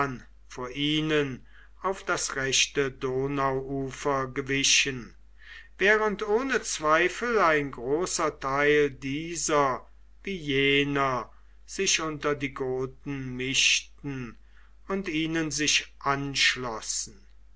vor ihnen auf das rechte donauufer gewichen während ohne zweifel ein großer teil dieser wie jener sich unter die goten mischten und ihnen sich anschlossen